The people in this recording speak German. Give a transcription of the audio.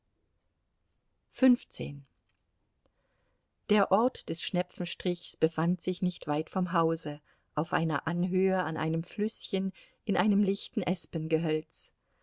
der ort des schnepfenstrichs befand sich nicht weit vom hause auf einer anhöhe an einem flüßchen in einem lichten